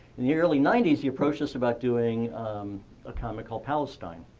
in the early ninety s, he approached us about doing a comic called palestine,